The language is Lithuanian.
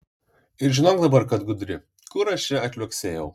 ir žinok dabar kad gudri kur aš čia atliuoksėjau